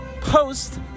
post